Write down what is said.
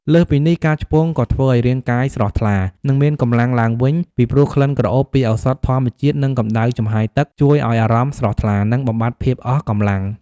លើសពីនេះ ការឆ្ពង់ក៏ធ្វើឲ្យរាងកាយស្រស់ថ្លា និងមានកម្លាំងឡើងវិញ ពីព្រោះក្លិនក្រអូបពីឱសថធម្មជាតិ និងកម្ដៅចំហាយទឹកជួយឲ្យអារម្មណ៍ស្រស់ថ្លា និងបំបាត់ភាពអស់កម្លាំង។